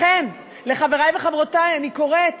לחברי ולחברותי אני קוראת